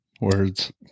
words